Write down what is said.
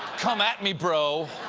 come at me, bro.